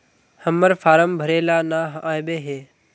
हम्मर फारम भरे ला न आबेहय?